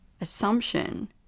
assumption